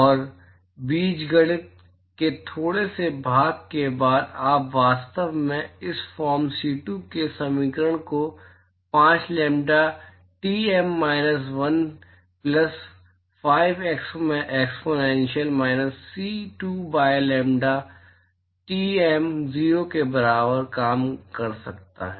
और बीजगणित के थोड़े से भाग के बाद आप वास्तव में इस फॉर्म C2 के समीकरण को 5 lambda TM minus 1 plus 5 exponential minus C 2 by lambda TM 0 के बराबर कम कर सकते हैं